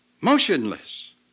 Motionless